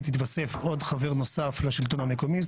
יתווסף עוד חבר נוסף לשלטון המקומי,